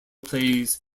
plays